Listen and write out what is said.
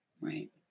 Right